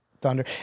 thunder